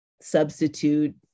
substitute